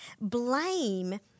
Blame